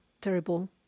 terrible